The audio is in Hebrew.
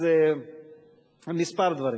אז כמה דברים.